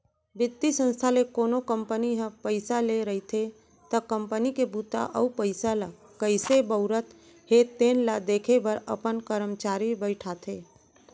बित्तीय संस्था ले कोनो कंपनी ह पइसा ले रहिथे त कंपनी के बूता अउ पइसा ल कइसे बउरत हे तेन ल देखे बर अपन करमचारी बइठाथे